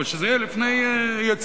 אבל שזה יהיה לפני היציאה.